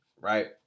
right